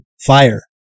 fire